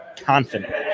confident